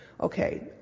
Okay